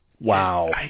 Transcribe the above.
Wow